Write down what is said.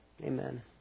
Amen